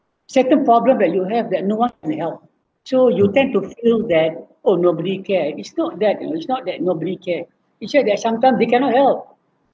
settle problem that you have that no one to help so you tend to feel that oh nobody care it's not that you know it's not that nobody care it's just that sometimes they cannot help